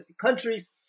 countries